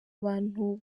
abantu